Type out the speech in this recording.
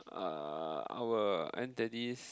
uh our there was this